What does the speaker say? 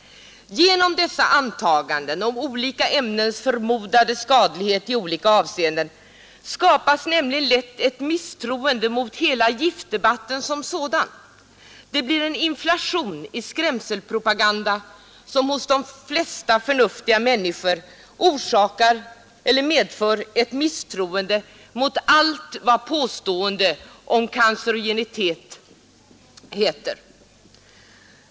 Genom dessa antaganden om olika ämnens förmodade skadlighet i olika avseenden skapas nämligen lätt ett misstroende mot hela giftdebatten som sådan. Det blir en inflation i skrämselpropaganda som hos de flesta förnuftiga människor medför ett misstroende mot allt vad påstående om cancerogenitet heter.